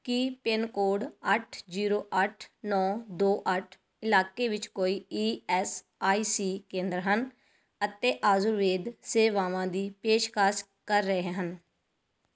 ਕੀ pin code ਅੱਠ zero ਅੱਠ ਨੌਂ ਦੋ ਅੱਠ ਇਲਾਕੇ ਵਿੱਚ ਕੋਈ ਈ ਐਸ ਆਈ ਸੀ ਕੇਂਦਰ ਹਨ ਅਤੇ ਆਯੁਰਵੇਦ ਸੇਵਾਵਾਂ ਦੀ ਪੇਸ਼ਕਸ਼ ਕਰ ਰਹੇ ਹਨ